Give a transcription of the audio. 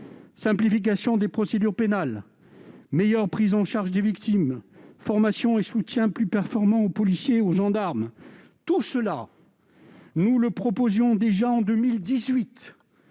Simplification des procédures pénales, meilleure prise en charge des victimes, formation et soutien plus performants offerts aux policiers et aux gendarmes : tout cela, nous le proposions déjà en 2018.